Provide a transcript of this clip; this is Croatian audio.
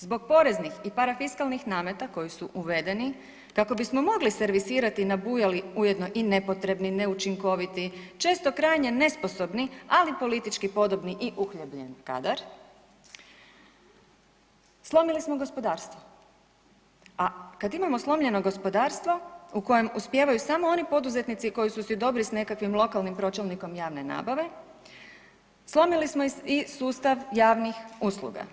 Zbog poreznih i parafiskalnih nameta koji su uvedeni kako bismo mogli servisirati nabujali ujedno i nepotrebni neučinkoviti, često krajnje nesposobni, ali politički podobni i uhljebljen kadar, slomili smo gospodarstvo, a kad imamo slomljeno gospodarstvo u kojem uspijevaju samo oni poduzetnici koji su si dobri s nekakvim lokalnim pročelnikom javne nabave, slomili smo i sustav javnih usluga.